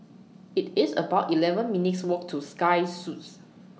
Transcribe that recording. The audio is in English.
IT IS about eleven minutes' Walk to Sky Suites